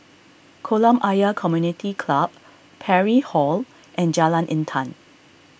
Kolam Ayer Community Club Parry Hall and Jalan Intan